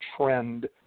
trend